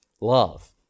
Love